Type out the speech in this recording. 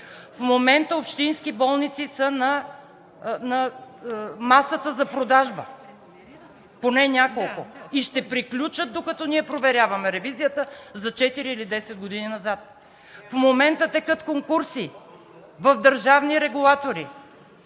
В момента общински болници са на масата за продажба – поне няколко, и ще приключат, докато ние проверяваме ревизията, за четири или десет години назад. В момента текат конкурси в държавни регулатори,